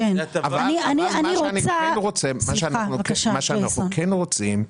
מה אנחנו כן רוצים.